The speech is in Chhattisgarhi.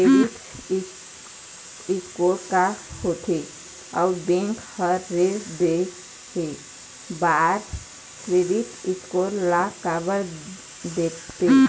क्रेडिट स्कोर का होथे अउ बैंक हर ऋण देहे बार क्रेडिट स्कोर ला काबर देखते?